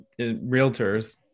realtors